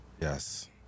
Yes